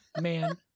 Man